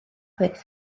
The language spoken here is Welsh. fyth